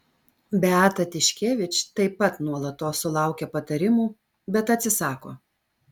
beata tiškevič taip pat nuolatos sulaukia patarimų bet atsisako